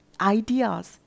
ideas